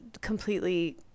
completely